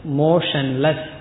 motionless